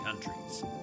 countries